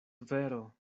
vero